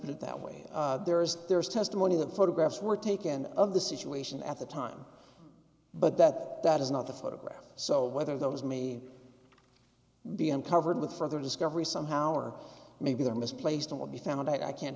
put it that way there is there is testimony the photographs were taken of the situation at the time but that that is not the photograph so whether those me being covered with further discovery somehow or maybe they're mis placed on will be found i can't